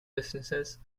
businesses